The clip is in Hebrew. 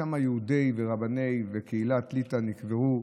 שם יהודי ורבני קהילת ליטא נקברו,